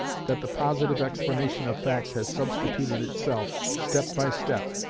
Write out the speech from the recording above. that the positive explanation of facts has substituted itself, step by step,